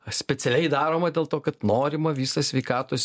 specialiai daroma dėl to kad norima visą sveikatos